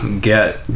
get